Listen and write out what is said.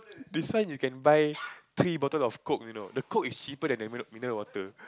this one you can buy three bottle of Coke you know the Coke is cheaper than the mi~ mineral water